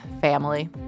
Family